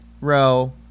row